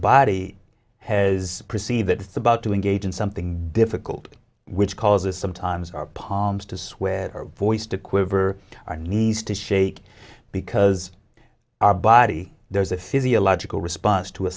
body has perceive that it's about to engage in something difficult which causes sometimes our palms to swear our voice to quiver our knees to shake because our body there's a physiological response to a